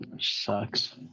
sucks